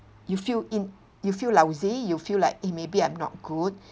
you feel in you feel lousy you feel like eh maybe I'm not good